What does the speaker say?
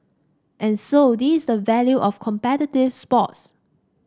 and so this is the value of competitive sports